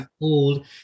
old